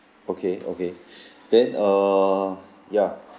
okay okay then err ya